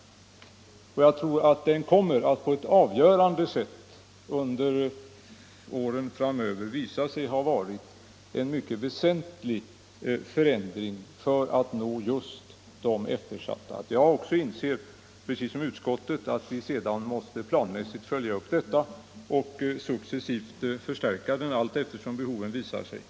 Jag tror att denna reform under år framöver kommer att visa sig vara av väsentlig betydelse för att nå eftersatta grupper. Jag anser, precis som utskottet, att vi måste planmässigt följa upp reformen och successivt förstärka den allteftersom behoven visar sig.